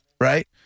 right